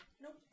nope